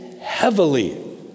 heavily